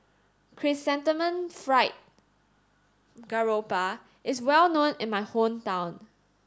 Chrysanthemum Fried Garoupa is well known in my hometown